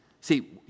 See